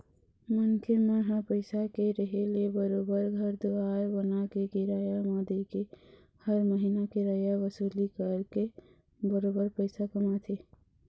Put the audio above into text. मनखे मन ह पइसा के रेहे ले बरोबर घर दुवार बनाके, किराया म देके हर महिना किराया वसूली करके बरोबर पइसा कमाथे